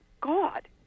God